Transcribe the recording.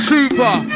Super